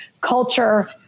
culture